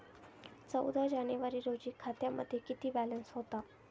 चौदा जानेवारी रोजी खात्यामध्ये किती बॅलन्स होता?